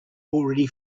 already